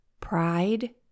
pride